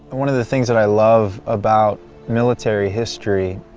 one of the things that i love about military history